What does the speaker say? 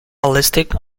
ballistic